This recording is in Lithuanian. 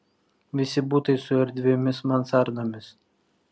visi butai su erdviomis mansardomis